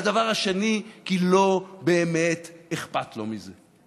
והדבר השני, כי לא באמת אכפת לו מזה.